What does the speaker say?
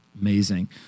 amazing